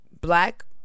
black